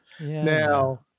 now